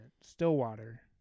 Stillwater